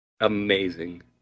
amazing